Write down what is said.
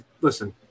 Listen